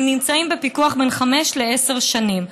הם נמצאים בפיקוח בין חמש לעשר שנים.